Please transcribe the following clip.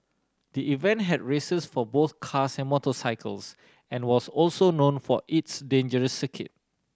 the event had races for both cars and motorcycles and was also known for its dangerous circuit